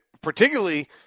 Particularly